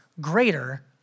greater